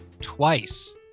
twice